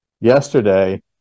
yesterday